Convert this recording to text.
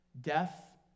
death